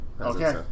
Okay